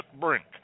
Brink